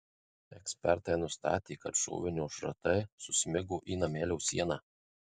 ekspertai nustatė kad šovinio šratai susmigo į namelio sieną